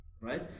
Right